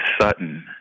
Sutton